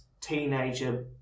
teenager